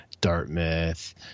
Dartmouth